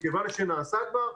מכיוון שנעשה כבר,